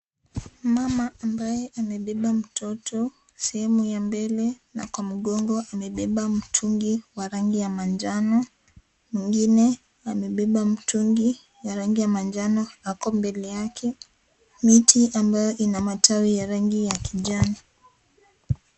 Mama ambaye amebeba mtoto sehemu ya mbele na kwa mgongo amebeba mtungi wa rangi ya manjano. Mwingine amebeba mtungi ya rangi ya manjano ako mbele yake, miti ambayo ina matawi ya rangi ya kijani.